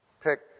Pick